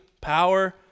power